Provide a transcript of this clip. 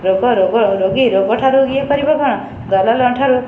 ରୋଗ ରୋଗ ରୋଗୀ ରୋଗଠାରୁ ଇଏ କରିବ କ'ଣ ଦଲାଲଙ୍କଠାରୁ